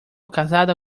casada